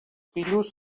pillos